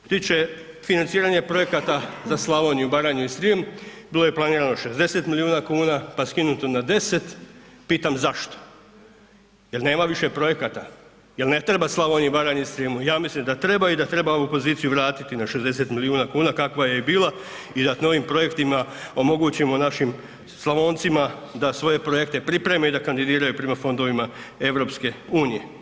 Što se tiče financiranja projekata za Slavoniju, Baranju i Srijem, bilo je planirano 60 milijuna kuna, pa skinuto na 10, pitam zašto, jel nema više projekata, jel ne treba Slavoniji, Baranji i Srijemu, ja mislim da treba i treba ovu poziciju vratiti na 60 milijuna kuna kakva je i bila i da novim projektima omogućimo našim Slavoncima da svoje projekte pripreme i da kandidiraju prema Fondovima EU.